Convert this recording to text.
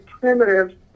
primitive